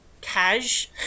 cash